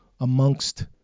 amongst